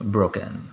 Broken